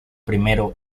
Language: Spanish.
primero